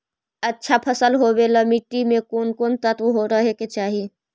अच्छा फसल होबे ल मट्टी में कोन कोन तत्त्व रहे के चाही?